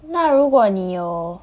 那如果你有